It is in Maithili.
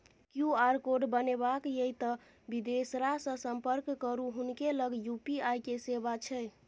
क्यू.आर कोड बनेबाक यै तए बिदेसरासँ संपर्क करू हुनके लग यू.पी.आई के सेवा छै